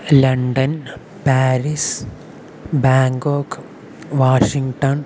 London Paris Bangkok Washington